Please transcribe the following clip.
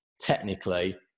technically